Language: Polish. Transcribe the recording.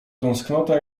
tęsknota